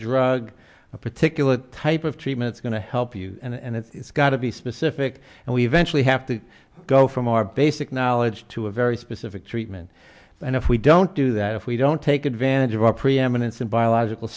drug a particular type of treatment is going to help you and it's got to be specific and we eventually have to go from our basic knowledge to a very specific treatment and if we don't do that if we don't take advantage of our preeminence and biological